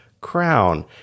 crown